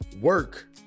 work